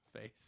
face